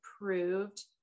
approved